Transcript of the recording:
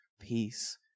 peace